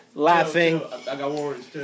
laughing